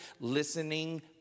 listening